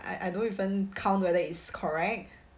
I I don't even count whether it's correct